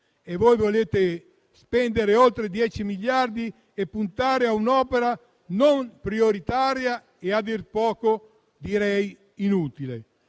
e voi volete spendere oltre 10 miliardi e puntare a un'opera non prioritaria e a dir poco inutile.